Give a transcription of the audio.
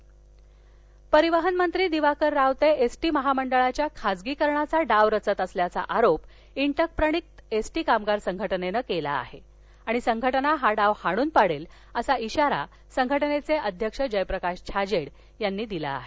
कोल्हापूर परिवहन मंत्री Diwakar Raote S T महामंडळाच्या खाजगीकरणाचा डाव रचत असल्याचा आरोप इंटक प्रणित एस टी कामगार संघटनेनं केला असून संघटना हा डाव हाणून पाडेल असा इशारा संघटनेचे अध्यक्ष जयप्रकाश छाजेड यांनी दिला आहे